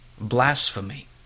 blasphemy